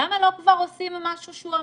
למה לא כבר עושים משהו שהוא אמיתי?